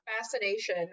fascination